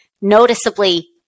noticeably